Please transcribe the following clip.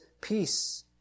peace